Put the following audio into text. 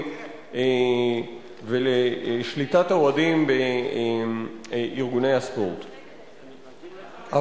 סעיף 2. אדוני היושב-ראש,